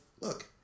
Look